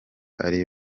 ari